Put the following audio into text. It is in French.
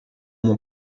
mon